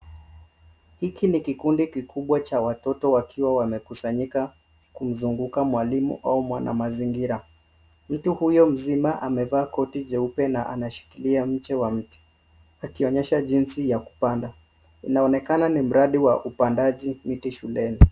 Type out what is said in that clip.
Hiki ni kikundi kikubwa cha watoto wakiwa wamekusanyika kumzunguka mwalimu au mwanamazingira. Mtu huyo mzima amevaa koti jeupe na anashikilia mche wa mti akionyesha jinsi ya kupanda. Anaonekana ni mradi wa upandaji miti shuleni.